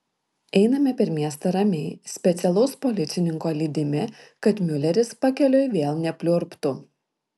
einame per miestą ramiai specialaus policininko lydimi kad miuleris pakeliui vėl nepliurptų